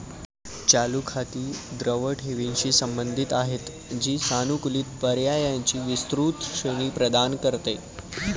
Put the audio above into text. चालू खाती द्रव ठेवींशी संबंधित आहेत, जी सानुकूलित पर्यायांची विस्तृत श्रेणी प्रदान करते